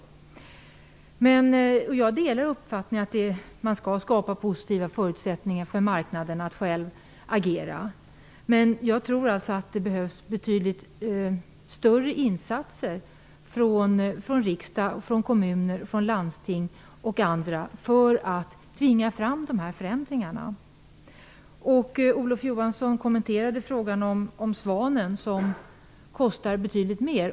Jag delar uppfattningen att man skall skapa positiva förutsättningar för marknaden att själv agera. Men jag tror att det behövs betydligt större insatser från riksdag, kommuner, landsting och andra för att tvinga fram dessa förändringar. Olof Johansson kommenterade Svanen som kostar betydligt mer.